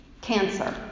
cancer